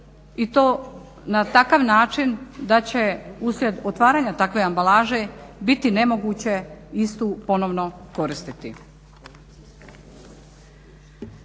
i to na takav način da će uslijed otvaranja takve ambalaže biti nemoguće istu ponovno koristiti.